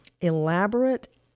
elaborate